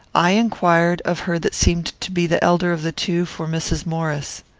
i inquired, of her that seemed to be the elder of the two, for mrs. maurice.